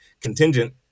contingent